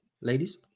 ladies